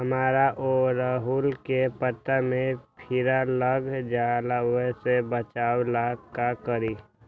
हमरा ओरहुल के पत्ता में किरा लग जाला वो से बचाबे ला का करी?